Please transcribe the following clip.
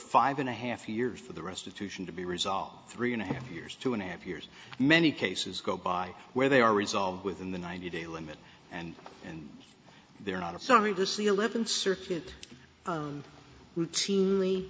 five and a half years for the rest of to sion to be resolved three and a half years two and a half years many cases go by where they are resolved within the ninety day limit and and they're not